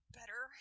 better